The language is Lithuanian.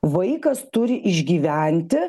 vaikas turi išgyventi